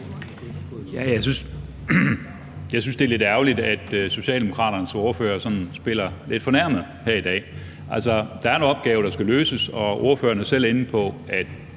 Jeg synes, det er lidt ærgerligt, at Socialdemokraternes ordfører sådan spiller lidt fornærmet her i dag. Altså, der er en opgave, der skal løses, og ordføreren er selv inde på, at